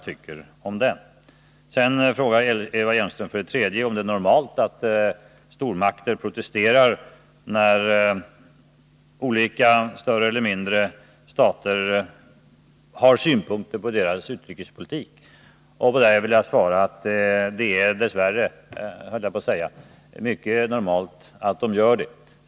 För det tredje frågade Eva Hjelmström om det är normalt att stormakter protesterar när olika större eller mindre stater har synpunkter på deras utrikespolitik. På det vill jag svara att det — dess värre, höll jag på att säga — är mycket normalt att de har det.